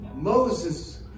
Moses